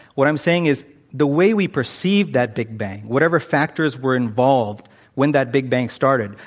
what i'm saying is the way we perceive that big bang whatever factors were involved when that big bang started,